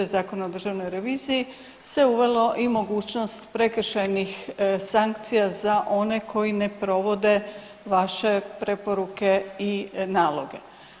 Zakon o državnoj reviziji se uvelo i mogućnost prekršajnih sankcija za one koji ne provode vaše preporuke i naloge.